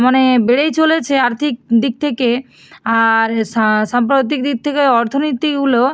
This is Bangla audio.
মানে বেড়েই চলেছে আর্থিক দিক থেকে আর সাম্প্রতিক দিক থেকে অর্থনীতিগুলো